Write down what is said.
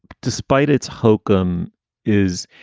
despite its hokum is,